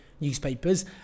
newspapers